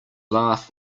laugh